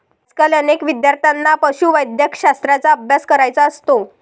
आजकाल अनेक विद्यार्थ्यांना पशुवैद्यकशास्त्राचा अभ्यास करायचा असतो